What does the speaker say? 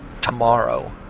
tomorrow